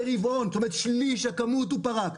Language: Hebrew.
ברבעון, זאת אומרת, שליש מהכמות הוא פרק.